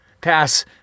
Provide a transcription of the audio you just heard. Pass